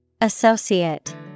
Associate